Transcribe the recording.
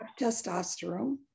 testosterone